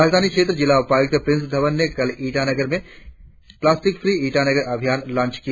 राजधानी क्षेत्र जिला उपायुक्त प्रिंस धवन ने कल ईटानगर में प्लास्टिक फ्री ईटानगर अभियान लॉन्च किया